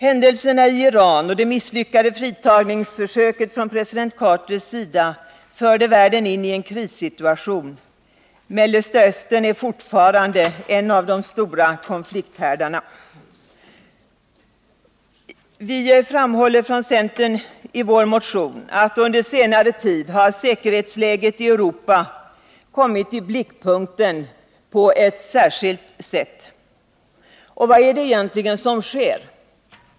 Händelserna i Iran och det misslyckade fritagningsförsöket från president Carters sida förde världen in i en krissituation. Mellersta Östern är fortfarande en av de stora konflikthärdarna. Vi i centern framhåller i vår motion att säkerhetsläget i Europa under senare tid kommit i blickpunkten på ett särskilt sätt. Vad är det egentligen som sker?